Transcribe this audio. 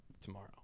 tomorrow